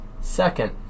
Second